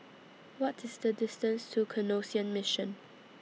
What IS The distance to Canossian Mission